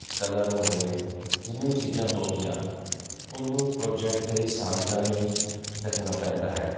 colour ਹੋ ਗਏ ਜਿੰਨੀ ਵੀ ਚੀਜ਼ਾਂ ਹੋ ਗਈਆਂ ਉਹਨੂੰ ਪ੍ਰੋਜੈਕਟ ਦੇ ਹਿਸਾਬ ਨਾਲ ਹੀ ਰੱਖਣਾ ਪੈਂਦਾ ਹੈ